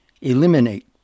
Eliminate